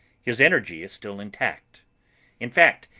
his energy is still intact in fact,